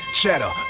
cheddar